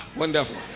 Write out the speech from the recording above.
wonderful